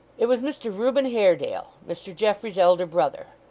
it was mr reuben haredale, mr geoffrey's elder brother